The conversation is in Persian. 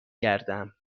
گردم